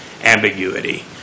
ambiguity